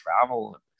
travel